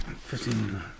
fifteen